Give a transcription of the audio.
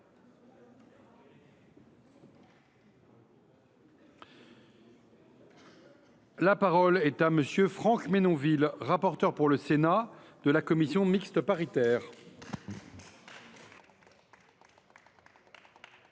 La parole est à M. Franck Menonville, rapporteur pour le Sénat de la commission mixte paritaire.